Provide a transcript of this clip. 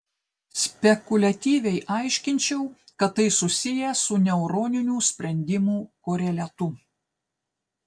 spekuliatyviai aiškinčiau kad tai susiję su neuroninių sprendimų koreliatu